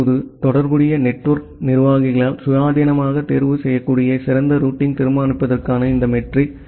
இப்போது தொடர்புடைய நெட்வொர்க் நிர்வாகிகளால் சுயாதீனமாக தேர்வு செய்யக்கூடிய சிறந்த ரூட்டிங் தீர்மானிப்பதற்கான இந்த மெட்ரிக்